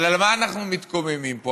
אבל על מה אנחנו מתקוממים פה?